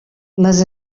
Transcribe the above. les